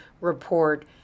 report